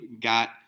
got